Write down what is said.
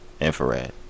infrared